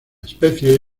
especie